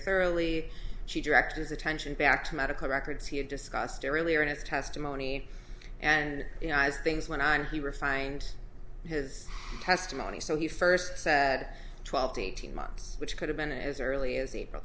thoroughly she directs his attention back to medical records he had discussed earlier in his testimony and as things went on he refined his testimony so he first said twelve to eighteen months which could have been as early as april